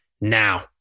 now